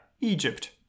Egypt